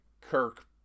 Kirk